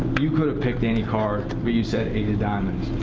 you could have picked any card, but you said eight of diamonds.